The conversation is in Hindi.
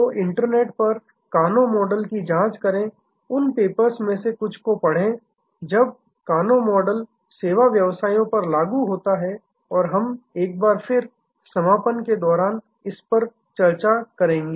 तो इंटरनेट पर कानो मॉडल की जांच करें उन पेपर्स में से कुछ को पढ़ें जब कानो मॉडल सेवा व्यवसायों पर लागू होता है और हम एक बार फिर समापन के दौरान इस पर चर्चा करेंगे